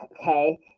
okay